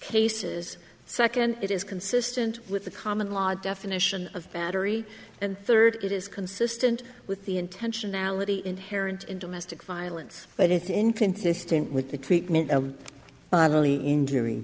cases second it is consistent with the common law definition of battery and third it is consistent with the intentionality inherent in domestic violence but it's inconsistent with the treatment of bodily injury